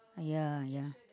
yeah yeah